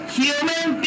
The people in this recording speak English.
human